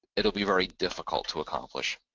it'll be very difficult to accomplish?